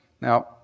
Now